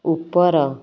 ଉପର